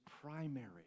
primary